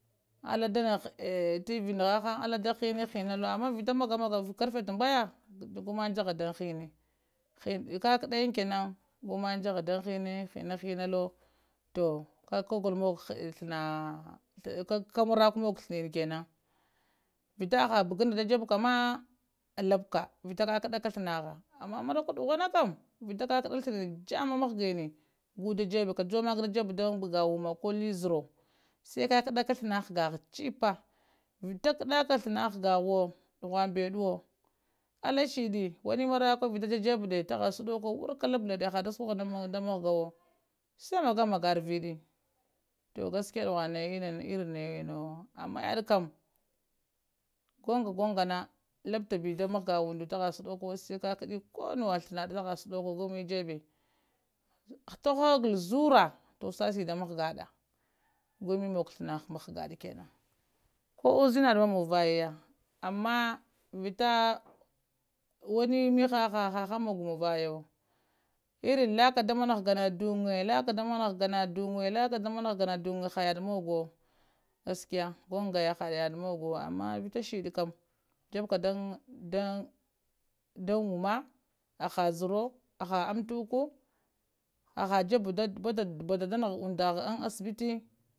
Alla da nah tv naha hang alla da hini hinahang ama vita mamaga karfe tambaya gumayan jaha dan hini kakaɗayan kenan gumayan jaha dan hini, hinahina lowo toh ka gumug thana ka marakuwa mugowo thinini kenan vita ha bugun da da jeɓɓka ma laɓɓka vita kakaɗaka thanaha ama marakuwa duhuma kam vita thinini jama mahgini gu da jeɓɓe ka juwa makka da jeɓɓe dan bagga wumma koh li zarawo sai kakadaka thana ghagaha chippa vita kadaka thana ghaghahawo duhum beɗɗuwo alla shiddi wani marakuva vita da jebb de tahasudoko warkka lablade ha suku waha da mahgawo sai magamga arvidi toh gaskiya duhun maya irin nayawo ama yadd kam an gingana labbtabi da mahga unddu tahasudoko sai kakadi koh nuwa thana taha suddokowo gumi da jeɓɓe tahogal zura toh shas ɗa mahgaɗa gui mogowo thana mahgaɗa kenan koh uzina ma muvayaya ama vita wani mihaha hahang mogo muwayawo irin lakka da mana hagha na dunge laɗɗa da mana haghana dunge laɗɗa ba mama ghaghana dungo hayada muguwo gaskiya gungaya hayaɗɗa mugowo ama vita shiɗɗi kam jeɓɓ ka dan dan wumma aha ziro aha amtuku aha jeɓɓe ɗatta da nahowo batta unɗaha an asibiti